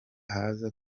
haza